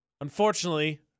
Unfortunately